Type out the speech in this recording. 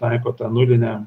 taiko tą nulinę